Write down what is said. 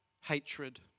hatred